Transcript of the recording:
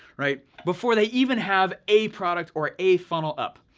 right, before they even have a product, or a funnel up.